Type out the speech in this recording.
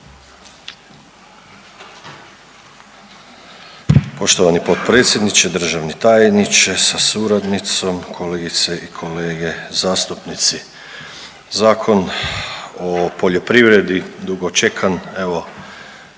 Poštovani potpredsjedniče, državni tajniče sa suradnicom, kolegice i kolege zastupnici. Zakon o poljoprivredi dugo čekan evo